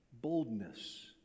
boldness